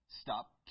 stop